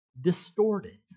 distorted